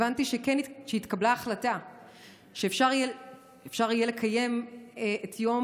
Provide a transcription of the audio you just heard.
הבנתי שהתקבלה החלטה שאפשר יהיה לקיים את יום